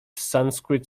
sanskrit